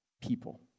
people